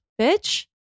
bitch